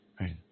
Right